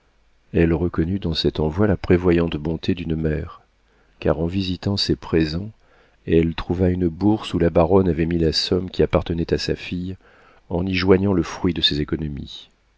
elle reconnut dans cet envoi la prévoyante bonté d'une mère car en visitant ces présents elle trouva une bourse où la baronne avait mis la somme qui appartenait à sa fille en y joignant le fruit de ses économies